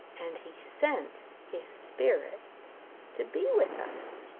and he sent his spirit to be with us.